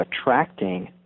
attracting